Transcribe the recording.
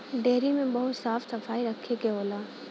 dairy में बहुत साफ सफाई रखे के होला